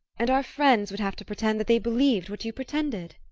and our friends would have to pretend that they believed what you pretended.